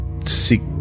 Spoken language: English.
seek